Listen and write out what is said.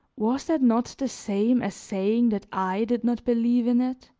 was that not the same as saying that i did not believe in it?